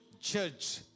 judge